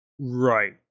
right